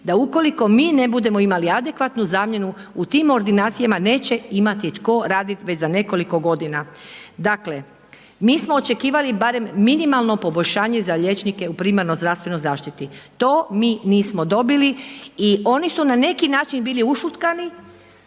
da ukoliko mi ne budemo imali adekvatnu zamjenu u tim ordinacijama neće imati tko radit već za nekoliko godina. Dakle mi smo očekivali barem minimalno poboljšanje za liječnike u primarnoj zdravstvenoj zaštiti. To mi nismo dobili i oni su na neki način bili ušutkani,